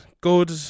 good